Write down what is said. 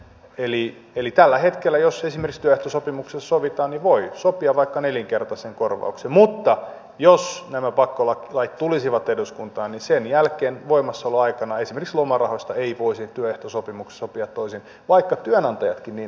eli tällä hetkellä jos esimerkiksi työehtosopimuksessa sovitaan niin voi sopia vaikka nelinkertaisen korvauksen mutta jos nämä pakkolait tulisivat eduskuntaan niin sen jälkeen voimassaoloaikana esimerkiksi lomarahoista ei voisi työehtosopimuksessa sopia toisin vaikka työnantajatkin niin haluaisivat